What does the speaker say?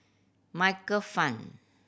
Michael Fam